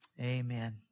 Amen